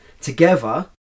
together